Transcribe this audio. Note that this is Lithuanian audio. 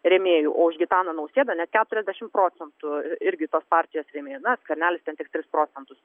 rėmėjų o už gitaną nausėdą net keturiasdešim procentų irgi tos partijos rėmėjų na skvernelis ten tik tris procentus